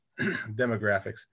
demographics